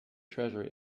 treasure